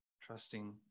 trusting